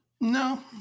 No